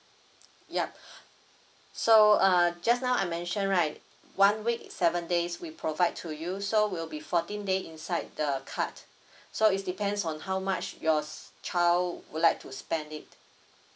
yup so uh just now I mentioned right one week seven days we provide to you so will be fourteen day inside the card so it's depends on how much yours child would like to spend it